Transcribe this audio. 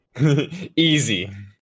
easy